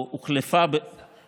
המדינה קרסה.